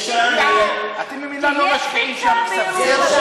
אתם ממילא לא משקיעים שם כספים,